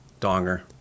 Donger